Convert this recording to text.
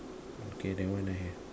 okay that one I have